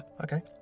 okay